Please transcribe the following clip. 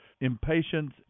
impatience